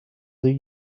their